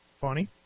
funny